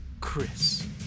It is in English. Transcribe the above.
Chris